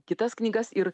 kitas knygas ir